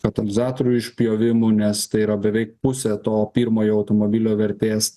katalizatorių išpjovimu nes tai yra beveik pusė to pirmojo automobilio vertės